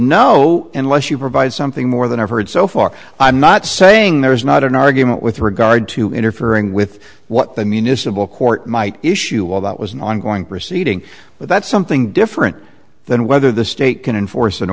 no unless you provide something more than i've heard so far i'm not saying there is not an argument with regard to interfering with what the municipal court might issue although it was an ongoing proceeding but that's something different than whether the state can enforce